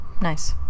Nice